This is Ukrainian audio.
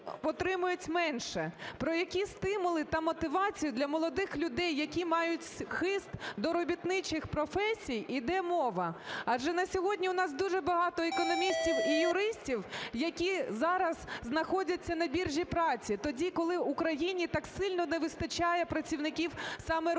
отримують менше. Про які стимули та мотивацію для молодих людей, які мають хист до робітничих професій, іде мова, адже на сьогодні у нас дуже багато економістів і юристів, які зараз знаходяться на біржі праці тоді, коли Україні так сильно не вистачає працівників саме робітничих